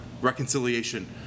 reconciliation